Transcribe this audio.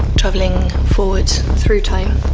traveling forwards through time.